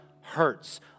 hurts